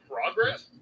Progress